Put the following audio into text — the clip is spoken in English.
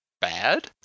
bad